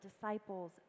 disciples